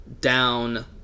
down